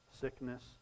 sickness